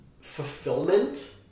fulfillment